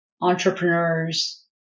entrepreneurs